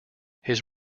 his